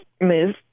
move